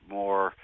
more